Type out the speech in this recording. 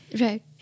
Right